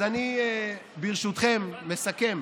אז אני, ברשותכם, מסכם